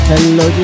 Hello